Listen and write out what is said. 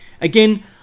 Again